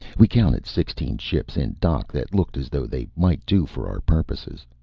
we counted sixteen ships in dock that looked as though they might do for our purposes.